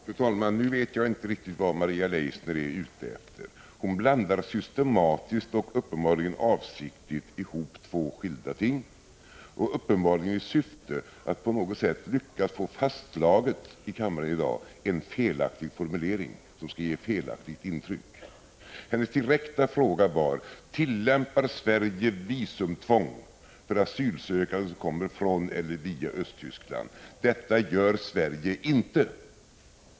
Fru talman! Nu vet jag inte riktigt vad Maria Leissner är ute efter. Hon blandar systematiskt och tydligen avsiktligt ihop två skilda ting. Syftet är uppenbarligen att få fastslagen i kammaren i dag en felaktig formulering, som skall ge ett felaktigt intryck. Maria Leissners direkta fråga var: Tillämpar Sverige visumtvång för asylsökande som kommer från eller via Östtyskland? Det gör Sverige inte.